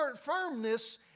firmness